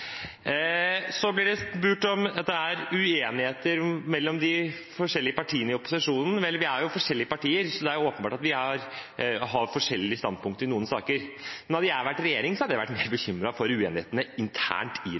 blir spurt om det er uenighet mellom de forskjellige partiene i opposisjonen. Vi er jo forskjellige partier, og åpenbart har vi forskjellige standpunkter i noen saker. Hadde jeg vært i regjering, hadde jeg vært mer bekymret for uenighetene internt i regjeringen – det